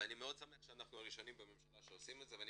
ואני מאוד שמח שאנחנו הראשונים בממשלה שעושים את זה ואני